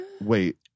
Wait